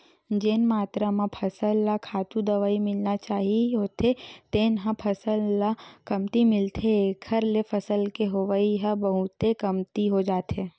जेन मातरा म फसल ल खातू, दवई मिलना चाही होथे तेन ह फसल ल कमती मिलथे एखर ले फसल के होवई ह बहुते कमती हो जाथे